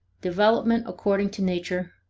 development according to nature,